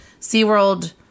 SeaWorld